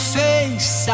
face